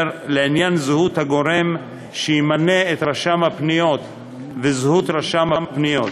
לעניין זהות הגורם שימנה את רשם הפניות וזהות רשם הפניות.